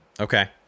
okay